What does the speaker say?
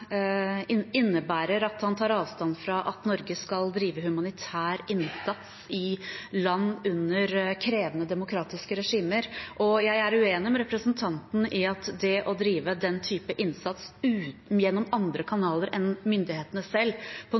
innebærer at han tar avstand fra at Norge skal drive humanitær innsats i land under krevende demokratiske regimer, og jeg er uenig med representanten i at det å drive slik innsats uten gjennom andre kanaler enn myndighetene selv, på